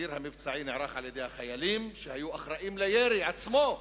התחקיר המבצעי נערך על-ידי החיילים שהיו אחראים לירי עצמו,